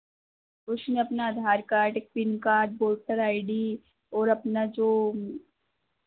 उसमें अपना आधार कार्ड एक PAN card voter I D और अपना जो